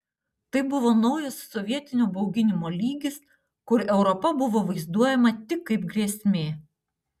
tai buvo naujas sovietinio bauginimo lygis kur europa buvo vaizduojama tik kaip grėsmė